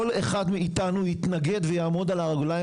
כל אחד מאתנו יתנגד ויעמוד על הרגליים